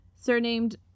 surnamed